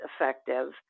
effective